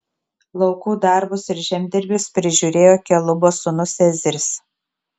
laukų darbus ir žemdirbius prižiūrėjo kelubo sūnus ezris